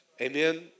Amen